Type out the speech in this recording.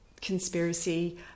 conspiracy